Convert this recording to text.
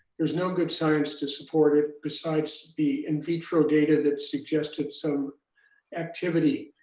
there's no good science to support it besides the in vitro data that's suggested some activity.